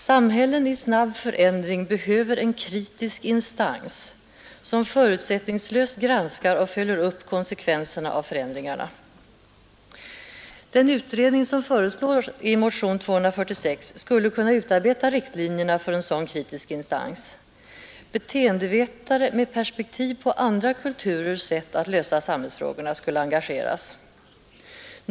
Samhällen i snabb förändring behöver en kritisk instans, som förutsättningslöst granskar och följer upp konsekvenserna av förändringarna. Den utredning som föreslås i motionen 246 skulle kunna utarbeta riktlinjerna för en sådan kritisk instans. Beteendevetare med perspektiv på andra kulturers sätt att lösa samhällsfrågorna skulle engageras.